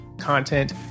content